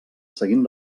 seguint